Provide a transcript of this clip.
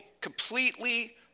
completely